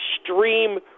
extreme